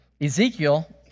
Ezekiel